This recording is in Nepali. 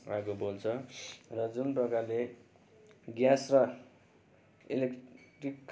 आगो बल्छ र जुन प्रकारले ग्यास र इलेक्ट्रिक